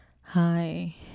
Hi